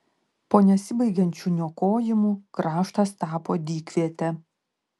po nesibaigiančių niokojimų kraštas tapo dykviete